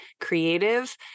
creative